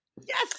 Yes